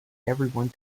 everyone